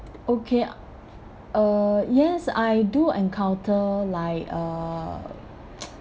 okay uh yes I do encounter like uh